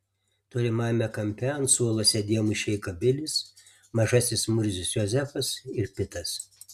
tolimajame kampe ant suolo sėdėjo mušeika bilis mažasis murzius jozefas ir pitas